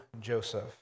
Joseph